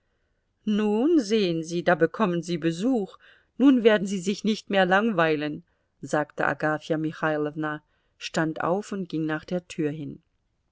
nun sehen sie da bekommen sie besuch nun werden sie sich nicht mehr langweilen sagte agafja michailowna stand auf und ging nach der tür hin